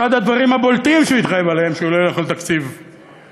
אחד הדברים הבולטים שהוא התחייב עליהם זה שהוא לא ילך לתקציב דו-שנתי,